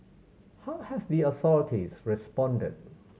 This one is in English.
how have the authorities responded